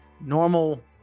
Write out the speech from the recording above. normal